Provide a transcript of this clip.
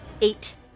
eight